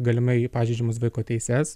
galimai pažeidžiamas vaiko teises